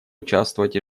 участвовать